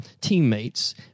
teammates